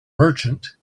merchant